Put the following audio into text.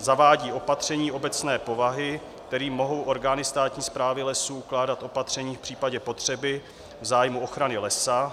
zavádí opatření obecné povahy, kterými mohou orgány státní správy lesů ukládat opatření v případě potřeby v zájmu ochrany lesa;